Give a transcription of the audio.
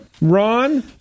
Ron